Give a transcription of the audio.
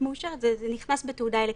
מאושרת וזה נכנס ב"תעודה אלקטרונית",